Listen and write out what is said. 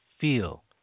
feel